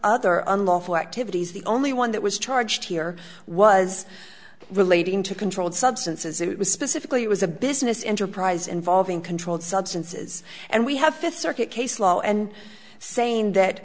other unlawful activities the only one that was charged here was relating to controlled substances it was specifically it was a business enterprise involving controlled substances and we have fifth circuit case law and saying that